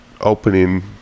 opening